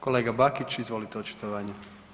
Kolega Bakić, izvolite očitovanje.